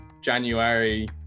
January